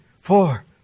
four